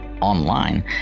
online